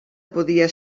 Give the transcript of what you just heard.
podia